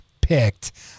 picked